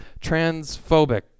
transphobic